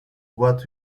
what